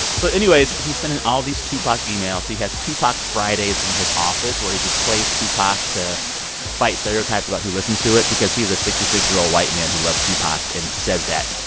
so, anyways, he's sending all these tupac emails. he has tupac fridays fridays in his office, where he just plays tupac to fight stereotypes about who listens to it because he is a sixty six year old white man who loves tupac and says that.